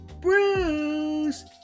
Bruce